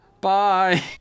Bye